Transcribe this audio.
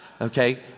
okay